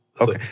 Okay